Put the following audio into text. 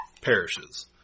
perishes